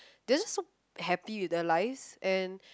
they are just so happy with their lives and